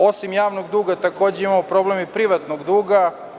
Osim javnog duga, takođe imamo problem i privatnog duga.